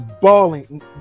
balling